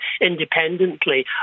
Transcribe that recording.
independently